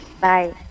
Bye